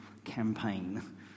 campaign